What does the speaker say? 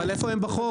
אבל איפה הם בחוק?